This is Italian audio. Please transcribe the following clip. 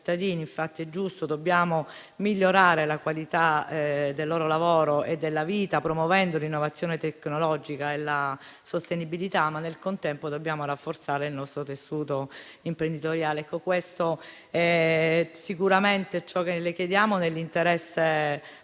Infatti, giustamente dobbiamo migliorare la qualità del lavoro e della loro vita, promuovendo l'innovazione tecnologica e la sostenibilità, ma nel contempo dobbiamo rafforzare il nostro tessuto imprenditoriale. Sicuramente ciò che le chiediamo, nell'interesse delle